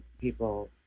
people